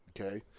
okay